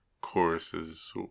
choruses